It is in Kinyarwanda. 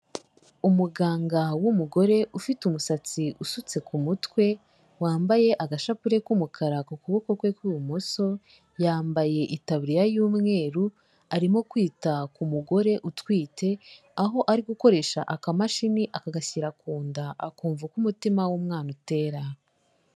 Umuganga w'umugore ufite umusatsi usutse ku mutwe, wambaye agashapure k'umukara ku kuboko kwe kw'ibumoso, yambaye itaburiya y'umweru, arimo kwita ku mugore utwite, aho ari gukoresha akamashini akagashyira ku nda, akumva uko umutima w'umwana utera.